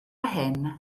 hyn